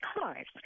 cars